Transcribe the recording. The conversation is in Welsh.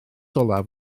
olaf